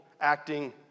acting